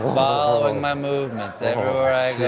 following my movements everywhere i